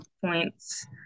points